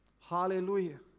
Hallelujah